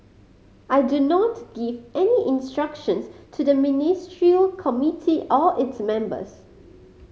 I do not give any instructions to the Ministerial Committee or its members